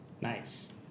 Nice